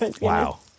wow